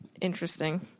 interesting